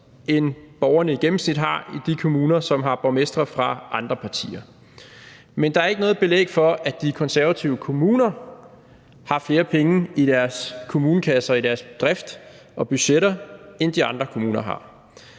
end borgerne i gennemsnit har i de kommuner, som har borgmestre fra andre partier, men der er ikke noget belæg for, at de konservative kommuner har flere penge i deres kommunekasse og i deres drift og budgetter, end de andre kommuner har.